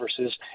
versus